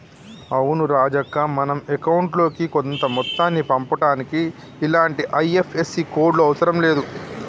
అవును రాజక్క మనం అకౌంట్ లోకి కొంత మొత్తాన్ని పంపుటానికి ఇలాంటి ఐ.ఎఫ్.ఎస్.సి కోడ్లు అవసరం లేదు